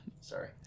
sorry